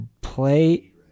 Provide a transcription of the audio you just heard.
play